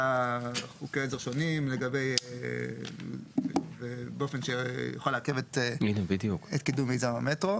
חוקי עזר שונים באופן שיוכל לעכב את קידום מיזם המטרו.